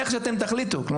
איך שאתם תחליטו.